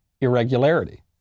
irregularity